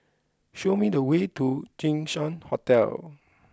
show me the way to Jinshan Hotel